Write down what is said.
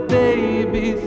baby